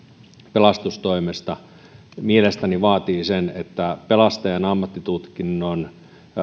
pelastustoimesta mielestäni vaatii sen että pelastajan ammattitutkinnon